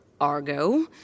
Argo